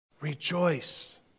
Rejoice